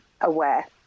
aware